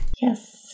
Yes